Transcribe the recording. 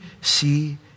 see